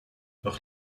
doch